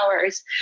hours